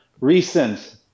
recent